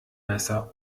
messer